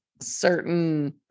certain